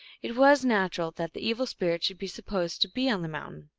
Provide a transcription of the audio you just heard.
it was natural that the evil spirit should be supposed to be on the mountain.